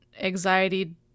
anxiety